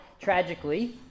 tragically